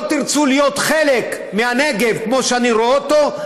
לא תרצו להיות חלק מהנגב כמו שאני רואה אותו,